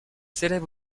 s’élève